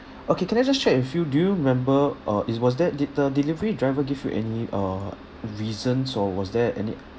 okay can I just check with you do you remember uh is was there did the delivery driver give you any uh reasons or was there any